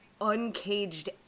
uncaged